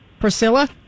Priscilla